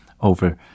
over